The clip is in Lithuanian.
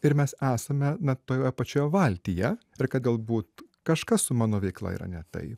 ir mes esame na toje pačioje valtyje ir kad galbūt kažkas su mano veikla yra ne taip